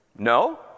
No